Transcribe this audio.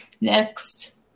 Next